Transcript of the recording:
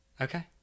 okay